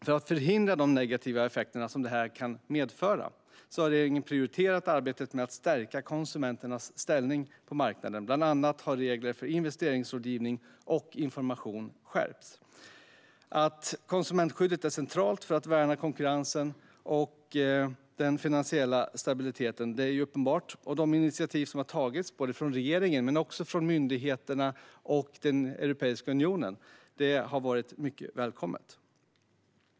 För att förhindra de negativa effekterna som det kan medföra har regeringen prioriterat arbetet med att stärka konsumenternas ställning på marknaden. Bland annat har regler för investeringsrådgivning och information skärpts. Att konsumentskyddet är centralt för att värna konkurrensen och den finansiella stabiliteten är uppenbart. De initiativ som tagits från regeringen men också myndigheterna och Europeiska unionen har varit mycket välkomna.